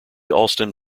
alston